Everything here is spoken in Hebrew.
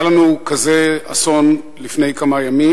היה לנו כזה אסון לפני כמה ימים.